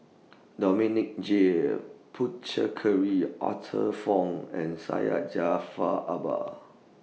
Dominic J Puthucheary Arthur Fong and Syed Jaafar Albar